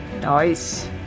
Nice